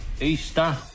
Easter